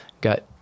got